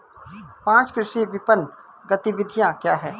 पाँच कृषि विपणन गतिविधियाँ क्या हैं?